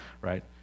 right